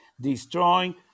destroying